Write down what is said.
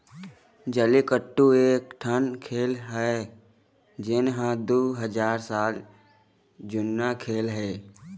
जल्लीकट्टू ए एकठन खेल हरय जेन ह दू हजार साल जुन्ना खेल हे